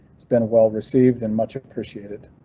it's been well received and much appreciated.